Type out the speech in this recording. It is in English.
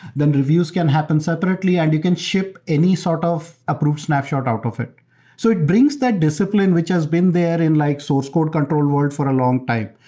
then reviews can happen separately and you can ship any sort of approved snapshot out of it. so it brings that discipline, which has been there in like source code control world for a long time.